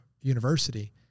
university